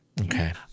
Okay